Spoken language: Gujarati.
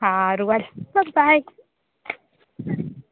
હારું હાલ જસ ગાયક